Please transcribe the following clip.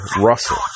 Russell